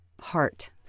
heart